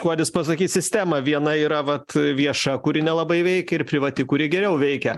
kuodis pasakys sistemą viena yra vat vieša kuri nelabai veikia ir privati kuri geriau veikia